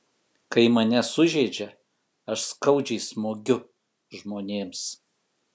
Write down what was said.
kai mane sužeidžia aš skaudžiai smogiu žmonėms